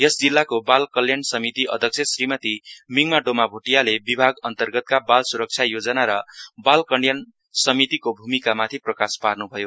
यस जिल्लाको बाल कल्याण समिति अध्यक्ष श्रीमती मिङमा डोमा भोटियाले विभाग अन्तर्गतका बाल सुरक्षा योजना र बाल कल्याण समितिको भूमिकामाथि प्रकाश पार्नुभयो